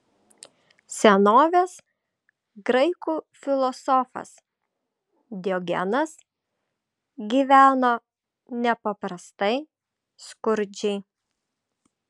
senovės graikų filosofas diogenas gyveno nepaprastai skurdžiai